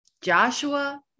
Joshua